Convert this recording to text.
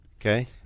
Okay